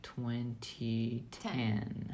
2010